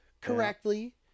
correctly